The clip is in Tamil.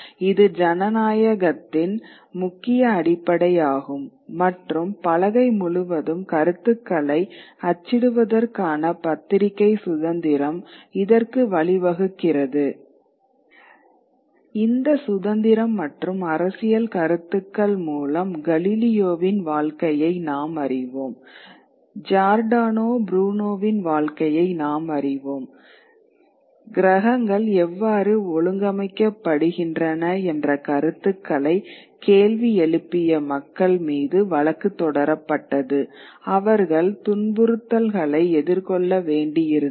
இது ஜனநாயகத்தின் முக்கிய அடிப்படையாகும் மற்றும் பலகை முழுவதும் கருத்துக்களை அச்சிடுவதற்கான பத்திரிகை சுதந்திரம் இதற்கு வழிவகுக்கிறது இந்த சுதந்திரம் மற்றும் அரசியல் கருத்துக்கள் மூலம் கலிலியோவின் வாழ்க்கையை நாம் அறிவோம் ஜியோர்டானோ புருனோவின் வாழ்க்கையை நாம் அறிவோம் கிரகங்கள் எவ்வாறு ஒழுங்கமைக்கப்படுகின்றன என்ற கருத்துக்களை கேள்வி எழுப்பிய மக்கள் மீது வழக்குத் தொடரப்பட்டது அவர்கள் துன்புறுத்தல்களை எதிர்கொள்ள வேண்டியிருந்தது